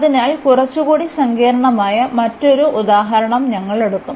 അതിനാൽ കുറച്ചുകൂടി സങ്കീർണ്ണമായ മറ്റൊരു ഉദാഹരണം ഞങ്ങൾ എടുക്കും